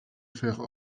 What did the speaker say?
faire